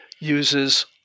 uses